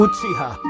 Uchiha